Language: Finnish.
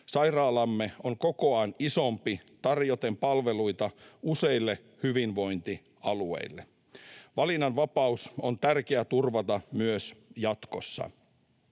Sairaalamme on kokoaan isompi tarjoten palveluita useille hyvinvointialueille. Valinnanvapaus on tärkeää turvata myös jatkossa.